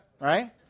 right